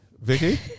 Vicky